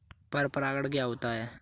पर परागण क्या होता है?